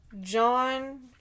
John